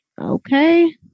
Okay